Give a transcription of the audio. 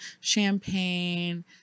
champagne